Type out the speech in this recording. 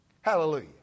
Hallelujah